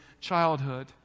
childhood